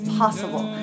possible